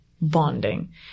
bonding